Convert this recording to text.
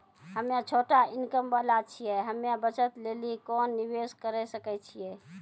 हम्मय छोटा इनकम वाला छियै, हम्मय बचत लेली कोंन निवेश करें सकय छियै?